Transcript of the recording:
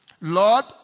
Lord